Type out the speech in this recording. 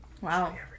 Wow